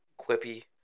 quippy